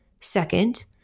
Second